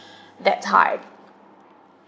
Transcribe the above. that's hard